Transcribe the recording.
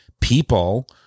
people